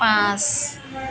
পাঁচ